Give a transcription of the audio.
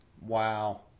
Wow